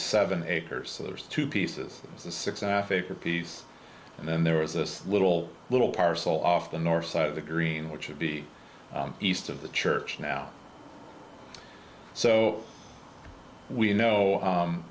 seven acres so there's two pieces to six and a half acre piece and then there is this little little parcel off the north side of the green which would be east of the church now so we know